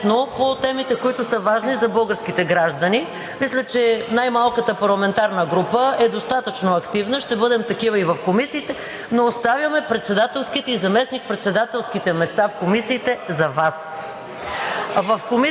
и компетентно по темите, които са важни за българските граждани. Мисля, че най-малката парламентарна група е достатъчно активна, ще бъдем такива и в комисиите, но оставяме председателските и заместник-председателските места в комисиите за Вас.